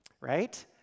Right